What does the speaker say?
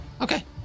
Okay